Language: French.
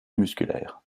musculaire